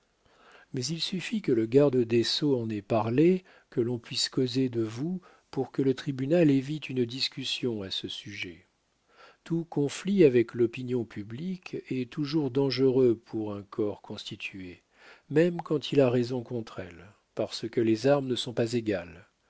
mais il suffit que le garde des sceaux en ait parlé que l'on puisse causer de vous pour que le tribunal évite une discussion à ce sujet tout conflit avec l'opinion publique est toujours dangereux pour un corps constitué même quand il a raison contre elle parce que les armes ne sont pas égales